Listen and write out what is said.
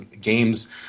games